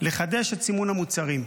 לחדש את סימון המוצרים.